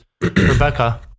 rebecca